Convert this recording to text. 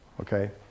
Okay